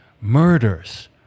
Murders